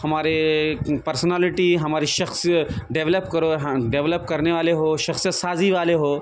ہمارے پرسنالیٹی ہماری شخصیت ڈیولپ کرو ہاں ڈیولپ کرنے والے ہو شخصیت سازی والے ہو